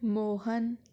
Mohan